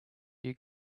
you